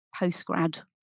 postgrad